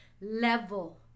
level